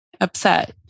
upset